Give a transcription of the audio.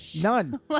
None